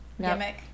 Gimmick